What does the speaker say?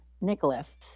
Nicholas